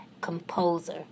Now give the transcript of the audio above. composer